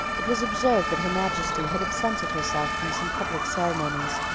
it was observed that her majesty had absented herself from some public ceremonies,